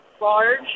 large